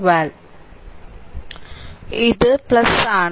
ഇതാണ് ഇത് ആണ്